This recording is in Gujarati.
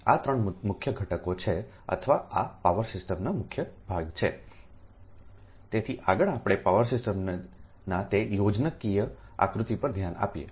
આ 3 મુખ્ય ઘટકો છે અથવા આ પાવર સિસ્ટમનો મુખ્ય ભાગ છે તેથી આગળ આપણે પાવર સિસ્ટમના તે યોજનાકીય આકૃતિ પર ધ્યાન આપીએ